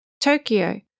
Tokyo